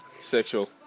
Sexual